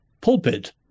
pulpit